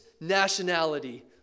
nationality